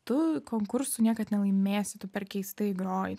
tu konkursų niekad nelaimėsi tu per keistai groji